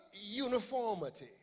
uniformity